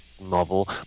novel